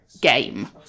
game